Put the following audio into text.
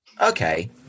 Okay